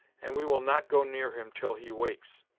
and we will not go near him til he wakes.